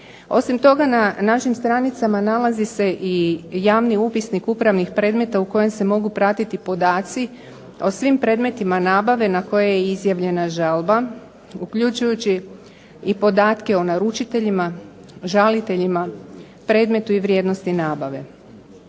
Osim toga na našim stranicama nalazi se i javni upisnik upravnih predmeta u kojem se mogu pratiti podaci o svim predmetima nabave na koje je izjavljena žalba, uključujući i podatke o naručiteljima, žaliteljima, predmetu i vrijednosti nabave.